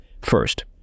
First